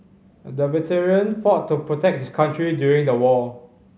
the veteran fought to protect his country during the war